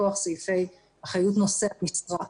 מכוח סעיפי אחריות נושאת משרה.